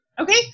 Okay